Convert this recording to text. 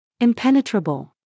Impenetrable